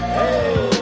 Hey